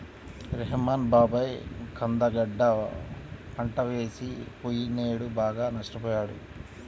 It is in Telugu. రెహ్మాన్ బాబాయి కంద గడ్డ పంట వేసి పొయ్యినేడు బాగా నష్టపొయ్యాడు